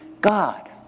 God